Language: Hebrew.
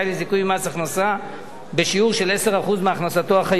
מס הכנסה בשיעור של עשר אחוז מהכנסתו החייבת.